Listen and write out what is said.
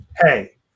hey